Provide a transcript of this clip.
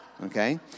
Okay